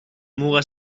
muga